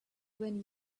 when